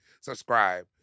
Subscribe